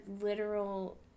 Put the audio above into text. literal